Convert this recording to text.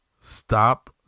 Stop